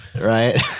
right